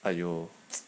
!aiyo!